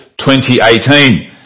2018